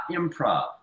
improv